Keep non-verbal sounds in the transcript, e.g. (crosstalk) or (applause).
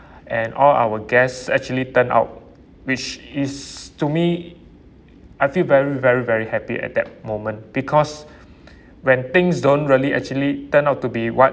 (breath) and all our guests actually turned out which is to me I feel very very very happy at that moment because (breath) when things don't really actually turned out to be what